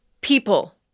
people